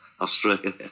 Australia